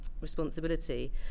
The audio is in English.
responsibility